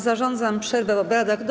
Zarządzam przerwę w obradach do